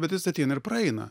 bet jis ateina ir praeina